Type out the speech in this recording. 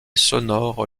sonore